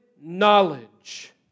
knowledge